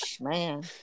Man